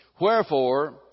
Wherefore